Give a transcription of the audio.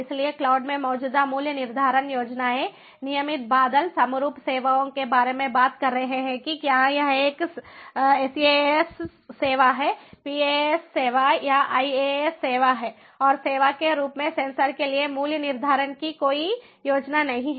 इसलिए क्लाउड में मौजूदा मूल्य निर्धारण योजनाएं नियमित बादल समरूप सेवाओं के बारे में बात कर रहे हैं कि क्या यह एक SaaS सेवा है PaaS सेवा या IaaS सेवा है और सेवा के रूप में सेंसर के लिए मूल्य निर्धारण की कोई योजना नहीं है